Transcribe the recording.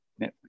Netflix